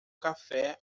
café